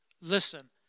Listen